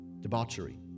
debauchery